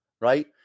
right